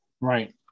Right